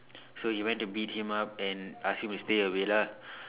so he went to beat him up and ask him to stay away lah